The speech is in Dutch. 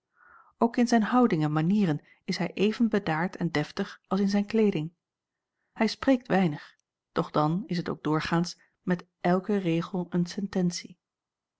ook in zijn houding en manieren is hij even bedaard en deftig als in zijn kleeding hij spreekt weinig doch dan is het ook doorgaans met elken regel een sententie